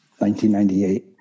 1998